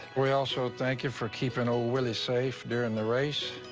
we also thank you for keeping old willie safe during the race.